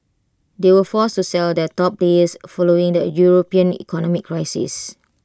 they were forced to sell their top players following the european economic crisis